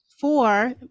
four